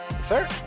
sir